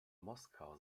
moskau